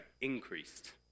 increased